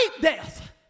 death